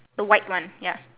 the white one ya